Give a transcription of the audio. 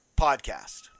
podcast